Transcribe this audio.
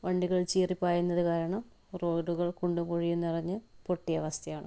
വണ്ടികൾ ചീറി പായുന്നത് കാരണം റോഡുകൾ കുണ്ടും കുഴിയും നിറഞ്ഞ് പൊട്ടിയ അവസ്ഥയാണ്